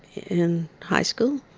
in high school.